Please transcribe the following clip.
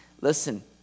Listen